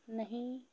नहीं